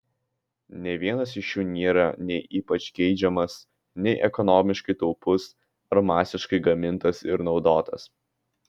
nė vienas iš jų nėra nei ypač geidžiamas nei ekonomiškai taupus ar masiškai gamintas ir naudotas